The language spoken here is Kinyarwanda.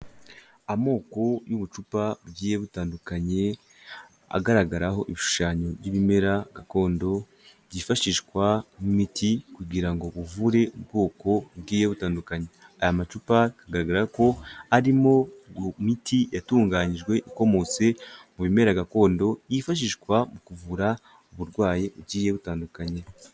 Amoko y'ubucupa bugiye butandukanye, agaragaraho ibishushanyo by'ibimera gakondo, byifashishwa nk'imiti kugira ngo buvure ubwoko bugiye butandukanye, aya macupa agaragara ko arimo imiti yatunganyijwe ikomotse mu bimera gakondo, yifashishwa mu kuvura uburwayi bugiye butandukanye.